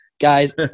guys